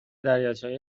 دریاچه